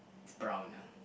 brown ah